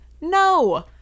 no –